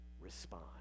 respond